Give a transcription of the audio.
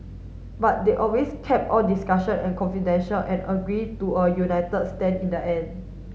but they always kept all discussion confidential and agreed to a united stand in the end